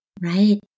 Right